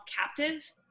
captive